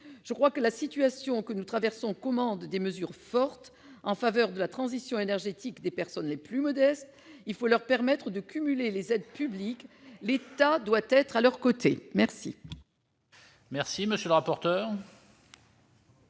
Je crois que la situation que nous traversons commande de prendre des mesures fortes en faveur de la transition énergétique des personnes les plus modestes. Il faut leur permettre de cumuler les aides publiques, l'État doit être à leurs côtés !